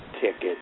ticket